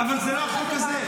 אבל זה לא החוק הזה.